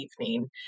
evening